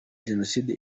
jenoside